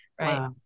Right